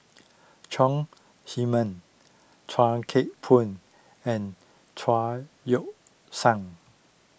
Chong Heman Chuan Keng Boon and Chao Yoke San